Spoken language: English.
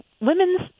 women's